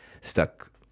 stuck